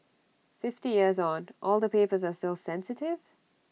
fifty years on all the papers are still sensitive